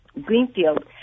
Greenfield